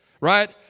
right